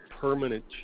permanent